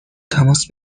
تماس